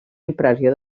impressió